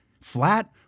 flat